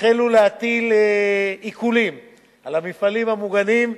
החלו להטיל עיקולים על המפעלים המוגנים,